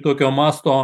tokio masto